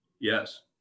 Yes